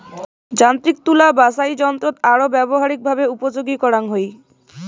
যান্ত্রিক তুলা বাছাইযন্ত্রৎ আরো ব্যবহারিকভাবে উপযোগী করাঙ হই